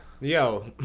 Yo